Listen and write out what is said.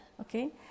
Okay